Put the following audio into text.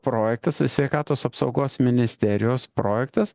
projektas su sveikatos apsaugos ministerijos projektas